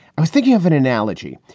i was thinking of an analogy.